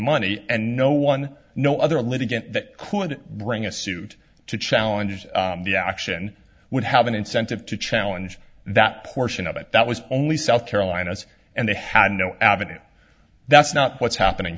money and no one no other litigant that could bring a suit to challenge the action would have an incentive to challenge that portion of it that was only south carolina's and they had no avenue that's not what's happening